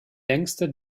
längste